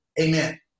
Amen